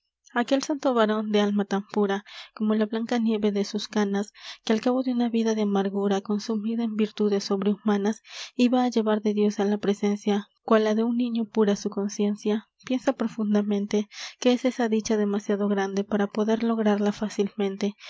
aquel santo varon de alma tan pura como la blanca nieve de sus canas que al cabo de una vida de amargura consumida en virtudes sobrehumanas iba á llevar de dios á la presencia cual la de un niño pura su conciencia piensa profundamente que es esa dicha demasiado grande para poder lograrla fácilmente